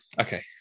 okay